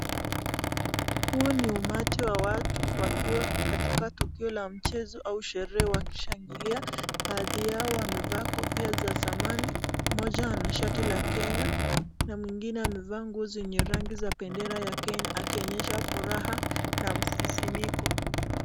Huu ni umati wa watu wakiwa katika tukio la mchezo au sherehe wakishangilia. Baadhi yao wamevaa kofia za zamani. Mmoja ana shati la Kenya na mwingine amevaa nguo zenye rangi za bendera ya Kenya akionyesha furaha na msisimko.